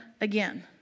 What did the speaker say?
again